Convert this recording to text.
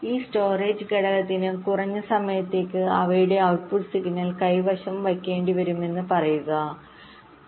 ഈ സ്റ്റോറേജ് ഘടകത്തിന് കുറഞ്ഞ സമയത്തേക്ക് അവയുടെ ഔട്ട്പുട് സിഗ്നൽ കൈവശം വയ്ക്കേണ്ടിവരുമെന്ന് പറയുന്നത് കാണുക